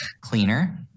cleaner